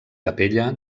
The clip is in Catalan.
capella